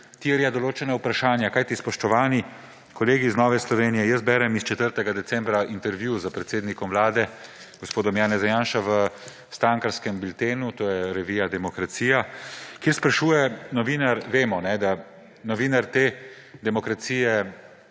terja določena vprašanja. Kajti spoštovani kolegi iz Nove Slovenije, jaz berem iz 4. decembra intervju s predsednikom Vlade gospodom Janezom Janšo v strankarskem biltenu, to je revija Demokracija, kjer sprašuje novinar vemo, kajne, da novinar te Demokracije